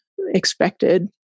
expected